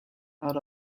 out